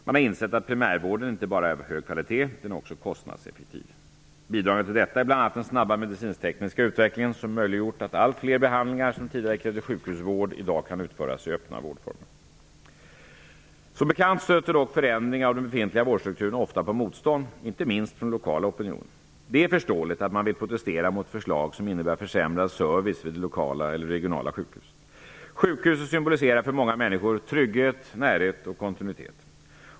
Man har insett att primärvården inte bara är av hög kvalitet; den är också kostnadseffektiv. Bidragande till detta är bl.a. den snabba medicinsk-tekniska utvecklingen som möjliggjort att allt fler behandlingar som tidigare krävde sjukhusvård i dag kan utföras i öppna vårdformer. Som bekant stöter dock förändringar av den befintliga vårdstrukturen ofta på motstånd, inte minst från lokala opinioner. Det är förståeligt att man vill protestera mot förslag som innebär försämrad service vid det lokala eller regionala sjukhuset. Sjukhuset symboliserar för många människor tryghet, närhet och kontinuitet.